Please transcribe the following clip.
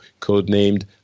codenamed